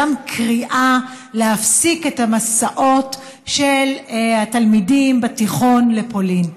גם קריאה להפסיק את המסעות של תלמידי התיכון לפולין.